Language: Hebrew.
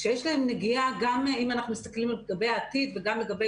שיש להם נגיעה גם אם אנחנו מסתכלים לגבי העתיד וגם לגבי